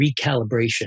recalibration